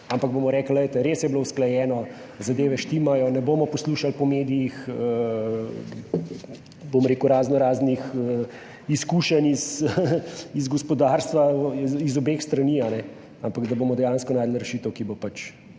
ampak bomo rekli: "Glejte res je bilo usklajeno. Zadeve štimajo. Ne bomo poslušali po medijih bom rekel razno raznih izkušenj iz gospodarstva iz obeh strani, ampak da bomo dejansko našli rešitev, ki bo pač